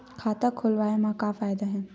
खाता खोलवाए मा का फायदा हे